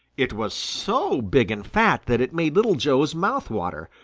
it was so big and fat that it made little joe's mouth water,